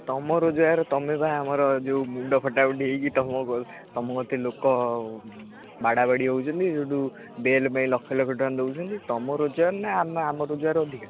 ତୁମ ରୋଜଗାର ତୁମେ ବା ଆମର ଯୋଉ ମୁଣ୍ଡ ଫଟାଫଟି ହୋଇକି ତମ ତୁମ ଗତି ଲୋକ ବାଡ଼ା ବାଡ଼ି ହେଉଛନ୍ତି ସେଠୁ ବେଲ୍ ପାଇଁ ଲକ୍ଷ ଲକ୍ଷ ଟଙ୍କା ଦେଉଛନ୍ତି ତୁମ ରୋଜଗାର ନା ଆମ ରୋଜଗାର ଅଧିକା